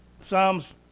Psalms